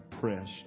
press